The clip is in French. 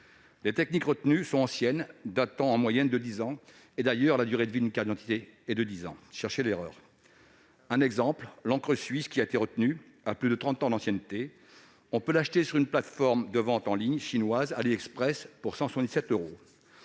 Les techniques retenues sont anciennes et datent en moyenne de dix ans. Or la durée de vie d'une carte d'identité est justement de dix ans : cherchez l'erreur ! Ainsi, l'encre suisse qui a été retenue a plus de trente ans d'ancienneté. On peut l'acheter sur la plateforme de vente en ligne chinoise AliExpress pour 177 euros.